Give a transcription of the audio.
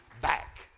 back